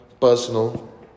personal